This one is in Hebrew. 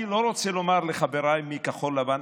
אני לא רוצה לומר לחבריי מכחול לבן,